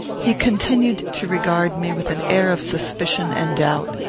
he continued to regard me with an air of suspicion and doubt.